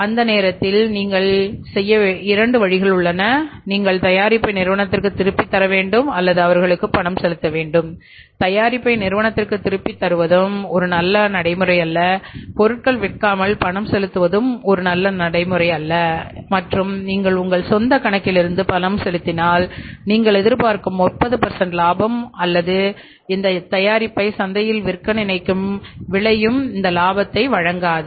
அந்த நேரத்தில் நீங்கள் செய்ய 2 வழிகள் உள்ளன நீங்கள் தயாரிப்பை நிறுவனத்திற்குத் திருப்பித் தர வேண்டும் அல்லது அவர்களுக்கு பணம் செலுத்த வேண்டும் தயாரிப்பை நிறுவனத்திற்குத் திருப்பித் தருவதும் ஒரு நல்ல நடைமுறை அல்ல பொருட்கள் விற்காமல் பணம் செலுத்துவதும் ஒரு நல்ல நடைமுறை அல்ல மற்றும் நீங்கள் உங்கள் சொந்த கணக்கிலிருந்து பணம் செலுத்தினால் நீங்கள் எதிர் பார்க்கும் 30 லாபம் அல்லது இந்த தயாரிப்பை சந்தையில் விற்க நினைக்கும் விளையும் இந்த லாபத்தை வழங்காது